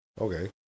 Okay